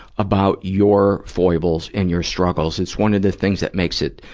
about your foibles and your struggles. it's one of the things that makes it,